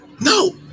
No